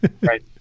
right